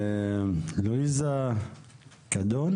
לואיזה קדון